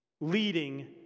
leading